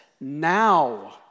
now